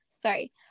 sorry